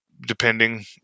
depending